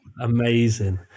Amazing